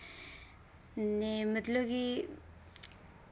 ने मतलब कि